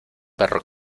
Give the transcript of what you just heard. perro